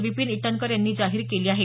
विपीन ईटनकर यांनी जाहीर केली आहे